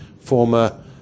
former